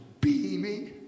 beaming